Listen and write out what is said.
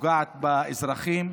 פוגעת באזרחים.